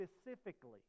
specifically